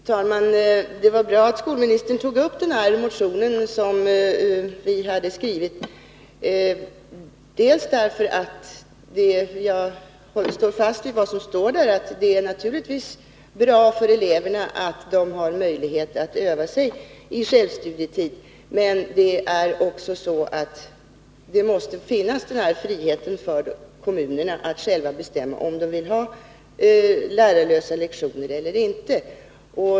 Fru talman! Det var bra att skolministern tog upp den av oss väckta motionen, dels därför att jag står fast vid det som framhålls i den, nämligen att det är bra för eleverna att de har möjlighet att öva sig i självstudier, dels därför att kommunerna måste ha frihet att själva bestämma om de vill ha lärarlösa lektioner eller inte.